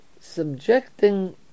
subjecting